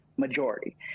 majority